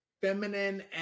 feminine